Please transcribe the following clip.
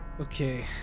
Okay